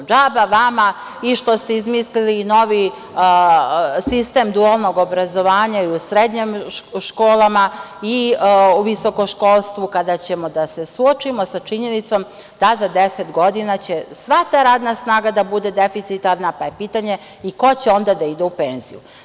Džaba vama što ste izmislili sistem dualnog obrazovanja i u srednjim školama i u visokom školstvu, kada ćemo da se suočimo sa činjenicom da za deset godina će sva ta radna snaga da bude deficitarna, pa je pitanje ko će onda da ide u penziju?